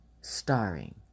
starring